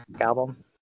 album